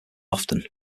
often